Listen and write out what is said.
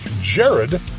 Jared